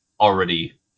already